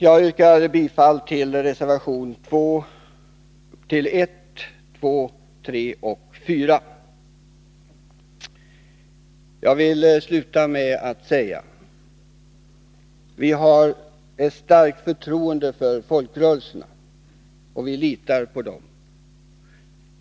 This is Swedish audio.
Jag yrkar bifall till reservationerna 1, 2, 3 och 4. Jag vill sluta med att säga: Vi har ett starkt förtroende för folkrörelserna, och vi litar på dem.